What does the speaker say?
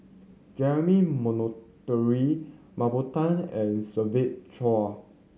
Jeremy Monteiro Mah Bow Tan and Siva Choy